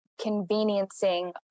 conveniencing